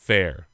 Fair